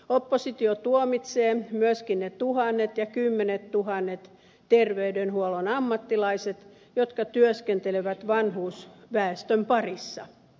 oppositio tuomitsee myöskin ne tuhannet ja kymmenettuhannet terveydenhuollon ammattilaiset jotka työskentelevät vanhusväestön parissa